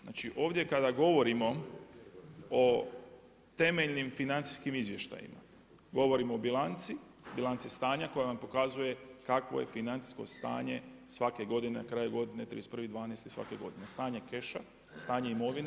Znači, ovdje kada govorimo o temeljnim financijskim izvještajima govorim o bilanci, bilanci stanja koja nam pokazuje kakvo je financijsko stanje svake godine, na kraju godine 31.12. svake godine, stanje keša, stanje imovine.